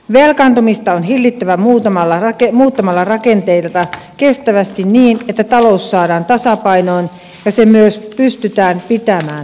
velkaantumista on hillittävä muuttamalla rakenteita kestävästi niin että talous saadaan tasapainoon ja se myös pystytään pitämään tasapainossa